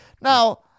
Now